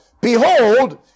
Behold